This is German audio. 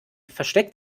versteckt